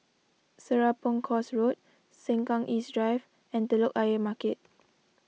Serapong Course Road Sengkang East Drive and Telok Ayer Market